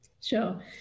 Sure